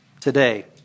today